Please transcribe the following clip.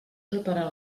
preparar